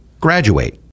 graduate